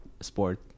sport